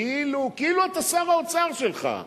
כאילו אתה שר האוצר שלך.